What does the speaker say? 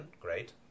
great